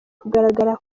kugaruka